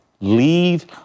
leave